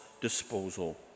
disposal